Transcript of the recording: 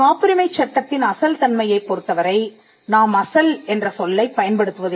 காப்புரிமைச் சட்டத்தின் அசல் தன்மையைப் பொறுத்தவரை நாம் அசல் என்ற சொல்லைப் பயன்படுத்துவதில்லை